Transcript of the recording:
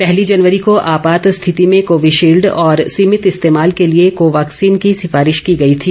पहली जनवरी को आपात स्थिति में कोविशील्ड और सीमित इस्तेमाल के लिए को वाक्सीन की सिफारिश की गई थी